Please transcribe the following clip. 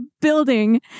building